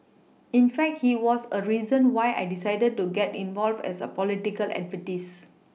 in fact he was a reason why I decided to get involved as a political activist